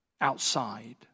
outside